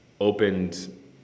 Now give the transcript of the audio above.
opened